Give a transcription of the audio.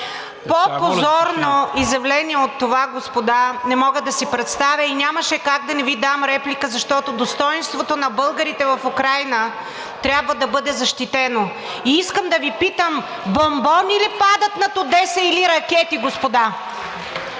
По-позорно изявление от това, господа, не мога да си представя и нямаше как да не Ви дам реплика, защото достойнството на българите в Украйна трябва да бъде защитено. И искам да Ви питам: бонбони ли падат над Одеса, или ракети, господа?